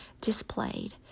displayed